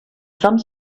some